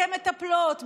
כמטפלות,